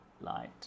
light